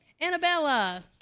Annabella